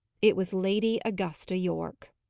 it was lady augusta yorke.